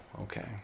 Okay